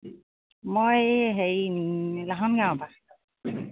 মই এই হেৰি লাহন গাঁৱৰপৰা